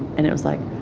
and it was like.